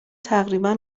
تقریبا